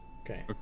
Okay